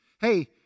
Hey